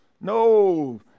No